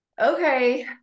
okay